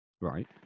right